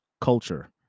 culture